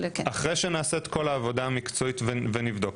אחרי שנעשה את כל העבודה המקצועית ונבדוק,